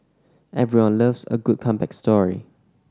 everyone loves a good comeback story